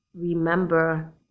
remember